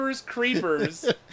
Creepers